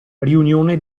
riunione